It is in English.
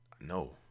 No